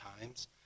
times